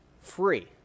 free